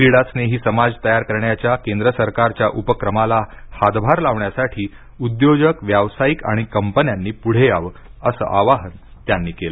क्रीडा स्नेही समाज तयार करण्याच्या केंद्र सरकारच्या उपक्रमाला हातभार लावण्यासाठी उद्योजक व्यावसायिक आणि कंपन्यांनी पुढे यावं असं आवाहन त्यांनी केलं